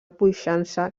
puixança